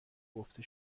گفته